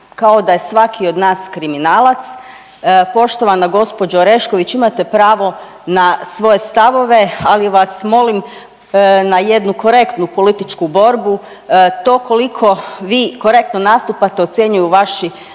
kao da je svaki od nas kriminalac. Poštovana gospođo Orešković imate pravo na svoje stavove, ali vas molim na jednu korektnu političku borbu. To koliko vi korektno nastupate ocjenjuju vaši